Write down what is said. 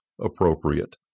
appropriate